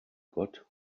gott